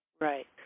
Right